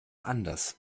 anders